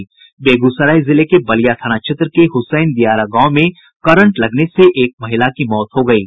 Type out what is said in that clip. बेगूसराय जिले के बलिया थाना क्षेत्र के हुसैन दियारा गांव में करंट लगने से एक महिला की मौत हो गयी